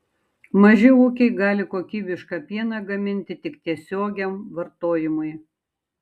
maži ūkiai gali kokybišką pieną gaminti tik tiesiogiam vartojimui